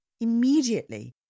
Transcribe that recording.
Immediately